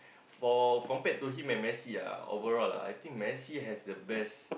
for compared to him and Messi ah overall ah I think Messi has the best